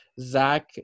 Zach